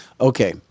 Okay